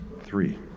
Three